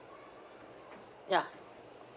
ya